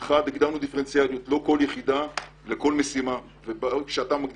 הגדרנו דפרנציאליות לא לכל יחידה אלא לכל משימה וכשאתה מגדיר